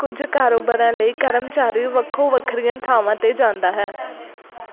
ਕੁਝ ਕਾਰੋਬਾਰਾਂ ਲਈ ਕਰਮਚਾਰੀ ਵੱਖੋ ਵੱਖਰੀਆਂ ਥਾਵਾਂ 'ਤੇ ਜਾਂਦਾ ਹੈ